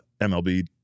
MLB